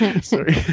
Sorry